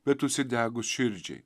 bet užsidegus širdžiai